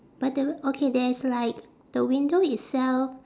but the okay there's like the window itself